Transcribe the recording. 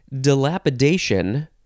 Dilapidation